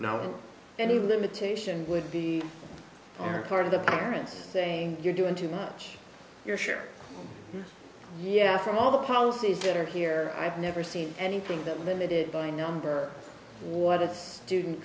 know any limitations would be part of the parents saying you're doing too much you're sure yeah from all the policies that are here i've never seen anything that limited by number what a student